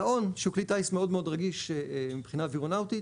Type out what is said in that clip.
דאון שהוא כלי טייס מאוד רגיש מבחינה אווירונאוטית,